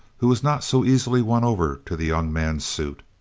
who was not so easily won over to the young man's suit.